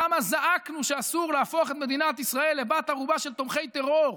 כמה זעקנו שאסור להפוך את מדינת ישראל לבת ערובה של תומכי טרור.